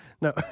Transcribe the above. No